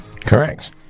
Correct